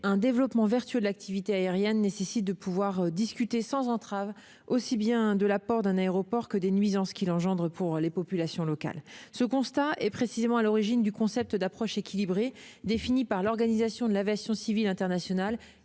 un développement vertueux de l'activité aérienne suppose de pouvoir discuter sans entrave aussi bien de l'apport d'un aéroport que des nuisances qu'il engendre pour les populations locales. Ce constat est précisément à l'origine du concept d'approche équilibrée, défini par l'Organisation de l'aviation civile internationale